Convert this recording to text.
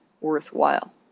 worthwhile